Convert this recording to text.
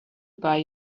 buy